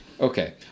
okay